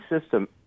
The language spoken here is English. system